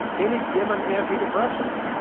any given antidepressant,